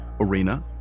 arena